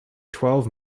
twelve